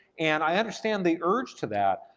and i understand the urge to that,